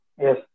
Yes